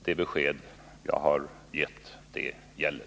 Det besked som jag har gett gäller.